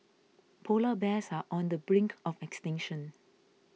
Polar Bears are on the brink of extinction